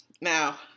Now